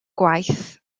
gwaith